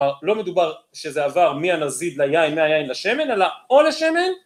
לא מדובר שזה עבר מהנזיד ליין, מהיין לשמן, אלא או לשמן...